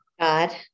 God